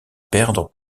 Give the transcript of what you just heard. perdre